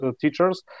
teachers